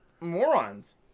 Morons